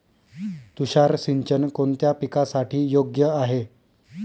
तुषार सिंचन कोणत्या पिकासाठी योग्य आहे?